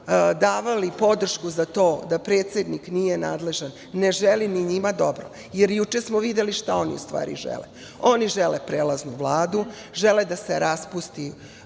davali podršku za to da predsednik nije nadležan ne želi ni njima dobro, jer juče smo videli šta oni u stvari žele. Oni žele prelaznu vladu, žele da se raspusti